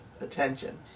attention